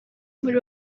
muri